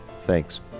Thanks